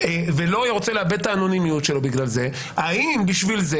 ולא רוצה לאבד את האנונימיות שלו בגלל זה האם בשביל זה